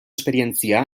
esperientzia